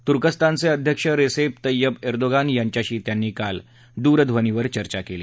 तुर्कस्तानचे अध्यक्ष Recep Tayyip Erdogan यांच्याशी त्यांनी काल दूरध्वनीवर चर्चा केली